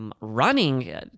Running